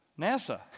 NASA